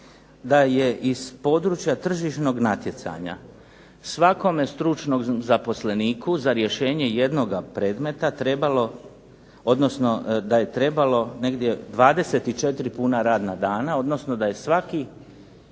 da je iz područja tržišnog natjecanja svakome stručnom zaposleniku za rješenje jednoga predmeta trebalo, odnosno da je trebalo negdje 24 puna radna dana, odnosno da je svaki